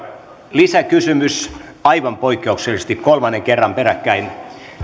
lisäkysymys aivan poikkeuksellisesti kolmannen kerran peräkkäin